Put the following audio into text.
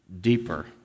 deeper